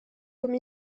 comme